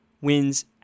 wins